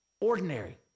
Ordinary